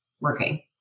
working